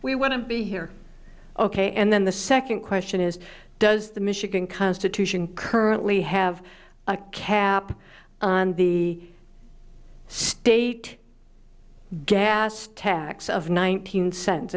we wouldn't be here ok and then the second question is does the michigan constitution currently have a cap on the state gas tax of nineteen cen